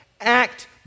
act